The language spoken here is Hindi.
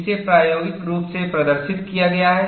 इसे प्रायोगिक रूप से प्रदर्शित किया गया है